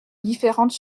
différente